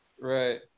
right